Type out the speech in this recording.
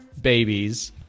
babies